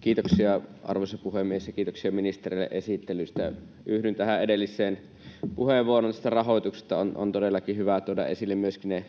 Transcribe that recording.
Kiitoksia, arvoisa puhemies! Ja kiitoksia ministereille esittelyistä. Yhdyn tähän edelliseen puheenvuoroon rahoituksesta. On todellakin hyvä tuoda esille myöskin